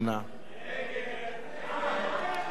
ההצעה להסיר מסדר-היום